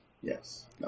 Yes